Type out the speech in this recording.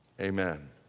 Amen